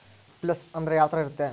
Place ಅಂದ್ರೆ ಯಾವ್ತರ ಇರ್ತಾರೆ?